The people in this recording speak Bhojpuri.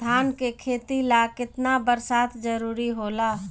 धान के खेती ला केतना बरसात जरूरी होला?